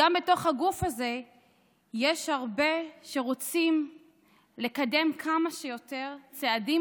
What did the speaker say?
גם בתוך הגוף הזה יש הרבה שרוצים לקדם כמה שיותר צעדים